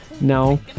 No